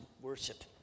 worship